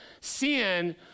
Sin